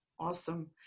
Awesome